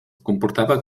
comportava